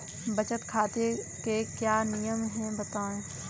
बचत खाते के क्या नियम हैं बताएँ?